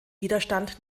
widerstand